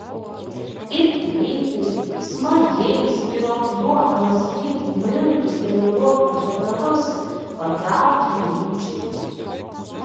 ir greitai smagiai spyruokliuodamas lyg mintų treniruoklio pedalus patraukė link džipo